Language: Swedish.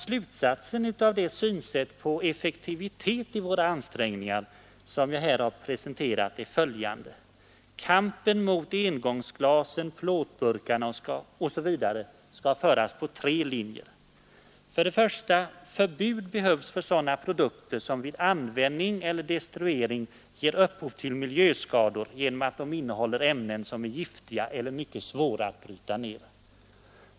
Slutsatsen av det synsätt på effektivitet i våra ansträngningar som jag här presenterat är följande. Kampen mot engångsglasen, plåtburkarna, osv. skall föras på tre linjer: För det första behövs förbud för sådana produkter som vid använd ning eller destruering ger upphov till miljöskador genom att de innehåller ämnen som är giftiga eller mycket svåra att bryta ned.